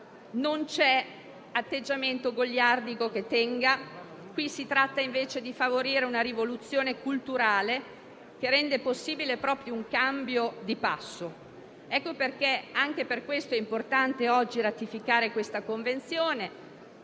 Non c'è atteggiamento goliardico che tenga. Si tratta di favorire una rivoluzione culturale che renda possibile un cambio di passo. Anche per questo è importante oggi ratificare questa Convenzione.